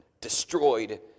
Destroyed